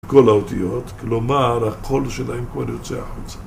כל האותיות, כלומר הקול שלהם כבר יוצא החוצה